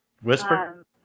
Whisper